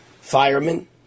firemen